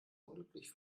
unglücklich